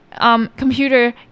computer